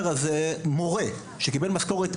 שממנו יצא מורה רוצח,